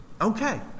Okay